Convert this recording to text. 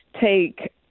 take